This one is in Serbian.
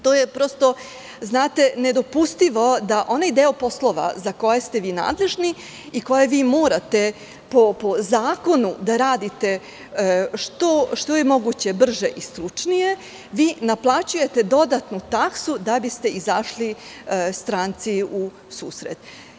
To je prosto nedopustivo, da onaj deo poslova za koje ste vi nadležni i koje vi morate po zakonu da radite što je moguće brže i stručnije, vi naplaćujete dodatnu taksu da biste izašli stranci u susret.